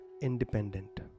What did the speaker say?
independent